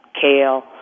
kale